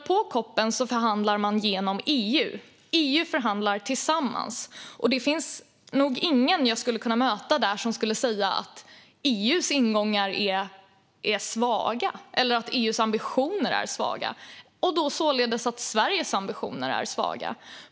På COP förhandlar EU tillsammans. Det finns nog ingen som jag skulle kunna möta där som skulle kunna säga att EU:s ingångar eller ambitioner är svaga och således att Sveriges ambitioner är svaga.